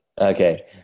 Okay